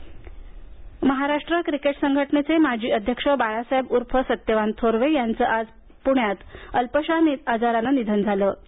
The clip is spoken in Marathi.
थोरवे निधन महाराष्ट्र क्रिकेट संघटनेचे माजी अध्यक्ष बाळासाहेब उर्फ सत्यवान थोरवे यांचं आज पुण्यात अल्पशा आजाराने निधन झालं ते